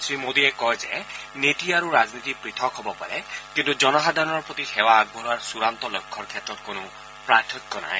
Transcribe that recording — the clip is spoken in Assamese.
শ্ৰীমোডীয়ে কয় যে নীতি আৰু ৰাজনীতি পৃথক হ'ব পাৰে কিন্তু জনসাধাৰণৰ প্ৰতি সেৱা আগবঢ়োৱাৰ চূড়ান্ত লক্ষ্যৰ ক্ষেত্ৰত কোনো প্ৰাৰ্থক্য নাই